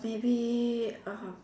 maybe uh